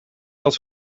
dat